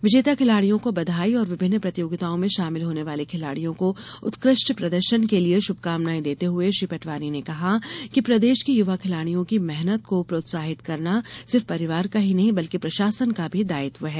विजेता खिलाड़ियो को बधाई और विभिन्न प्रतियोगिताओ में शामिल होने वाले खिलाड़ियों को उत्कृष्ट प्रदर्शन के लिए श्भकामनाएँ देते हुए श्री पटवारी ने कहा कि प्रदेश के युवा खिलाड़ियों की मेहनत को प्रोत्साहित करनाना सिर्फ परिवार का ही नहीं बल्कि प्रशासन का भी दायित्व है